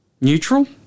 neutral